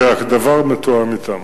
והדבר מתואם אתם.